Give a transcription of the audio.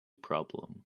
problem